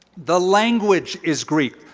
the language is greek,